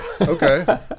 Okay